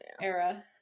era